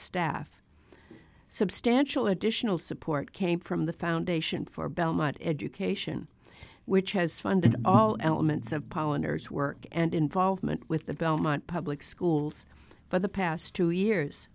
staff substantial additional support came from the foundation for belmont education which has funded all elements of pollen ers work and involvement with the belmont public schools but the past two years